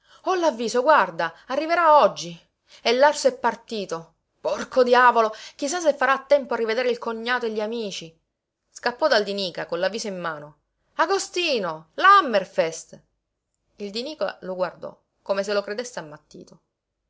ho l'avviso guarda arriverà oggi e l'arso è partito porco diavolo chi sa se farà a tempo a rivedere il cognato e gli amici scappò dal di nica con l'avviso in mano agostino l'hammerfest il di nica lo guardò come se lo credesse ammattito